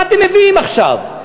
מה אתם מביאים עכשיו.